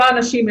לא האנשים,